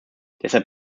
deshalb